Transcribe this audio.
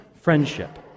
friendship